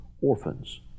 orphans